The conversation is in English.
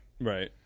Right